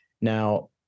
Now